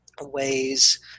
ways